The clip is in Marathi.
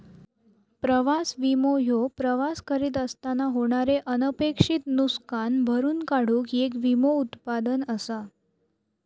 प्रवास विमो ह्यो प्रवास करीत असताना होणारे अनपेक्षित नुसकान भरून काढूक येक विमो उत्पादन असा